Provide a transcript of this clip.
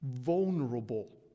vulnerable